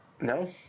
No